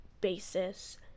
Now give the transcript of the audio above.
basis